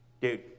dude